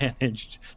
managed